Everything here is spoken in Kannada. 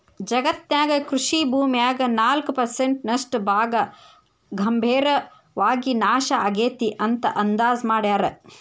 ಜಗತ್ತಿನ್ಯಾಗ ಕೃಷಿ ಭೂಮ್ಯಾಗ ನಾಲ್ಕ್ ಪರ್ಸೆಂಟ್ ನಷ್ಟ ಭಾಗ ಗಂಭೇರವಾಗಿ ನಾಶ ಆಗೇತಿ ಅಂತ ಅಂದಾಜ್ ಮಾಡ್ಯಾರ